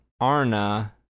Arna